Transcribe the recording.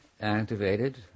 activated